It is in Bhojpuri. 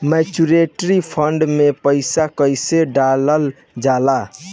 म्यूचुअल फंड मे पईसा कइसे डालल जाला?